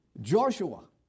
Joshua